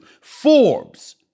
Forbes